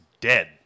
dead